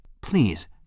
please